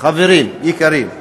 חברים יקרים,